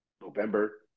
November